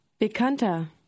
Bekannter